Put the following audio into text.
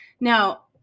Now